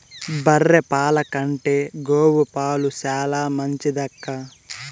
బర్రె పాల కంటే గోవు పాలు చాలా మంచిదక్కా